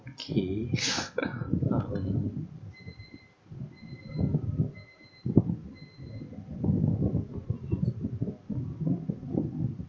okay